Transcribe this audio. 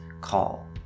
call